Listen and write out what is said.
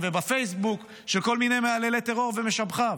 ובפייסבוק של כל מיני מהללי טרור ומשבחיו.